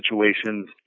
situations